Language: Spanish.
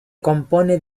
compone